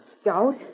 Scout